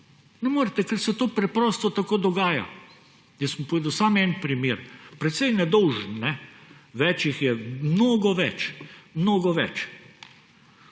Ne morete, ker se to preprosto tako dogaja. Jaz sem povedal samo en primer, precej nedolžen. Več jih je, mnogo več. In s tem